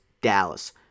Dallas